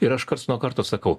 ir aš karts nuo karto sakau